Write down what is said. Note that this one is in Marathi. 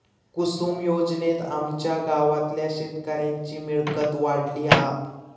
कुसूम योजनेत आमच्या गावातल्या शेतकऱ्यांची मिळकत वाढली हा